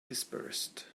dispersed